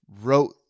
wrote